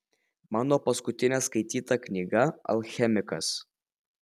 mano paskutinė skaityta knyga alchemikas